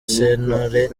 sentore